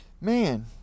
Man